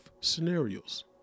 scenarios